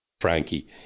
Frankie